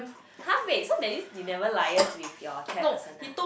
!huh! wait so that means you never liars with your chair person lah